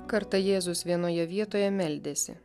kartą jėzus vienoje vietoje meldėsi